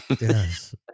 Yes